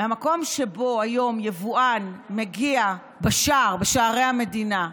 מהמקום שבו היום יבואן מגיע בשער, בשערי המדינה,